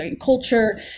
culture